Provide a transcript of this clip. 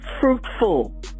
fruitful